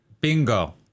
Bingo